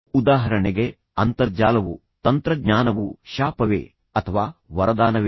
ಉದಾಹರಣೆಗೆ ಅಂತರ್ಜಾಲವು ಶಾಪವೇ ಅಥವಾ ವರದಾನವೇ ತಂತ್ರಜ್ಞಾನವು ಶಾಪವೇ ಅಥವಾ ವರದಾನವೇ